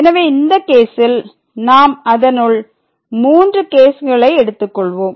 எனவே இந்த கேசில் நாம் அதனுள் 3 கேஸ்களை எடுத்துக்கொள்வோம்